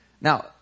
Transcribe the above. Now